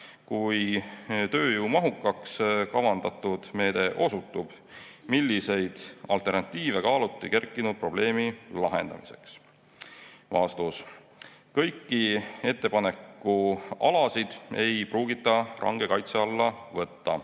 Kui tööjõumahukaks kavandatud meede osutub? Missuguseid alternatiive kaaluti kerkinud probleemi lahendamiseks?" Kõiki ettepanekualasid ei pruugita range kaitse alla võtta